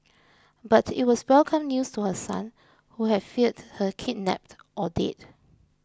but it was welcome news to her son who had feared her kidnapped or dead